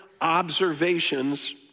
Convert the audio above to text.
observations